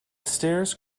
stairs